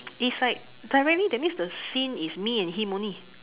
is like directly that means the scene is me and him only